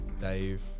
Dave